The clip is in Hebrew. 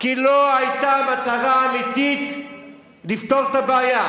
כי לא היתה מטרה אמיתית לפתור את הבעיה.